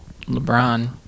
LeBron